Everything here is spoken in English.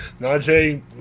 Najee